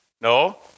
No